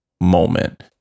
moment